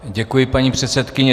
Děkuji, paní předsedkyně.